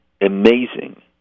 amazing